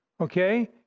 Okay